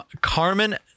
Carmen